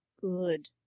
Good